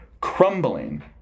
crumbling